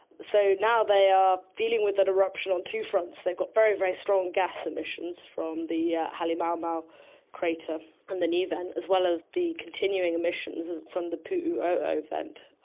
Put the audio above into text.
so now they are dealing with that eruption on two fronts. they've got very, very strong gas emissions from the halemaumau crater and the new vent, as well as the continuing emissions from the pu'u o'o vent,